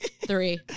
three